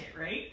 right